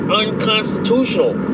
unconstitutional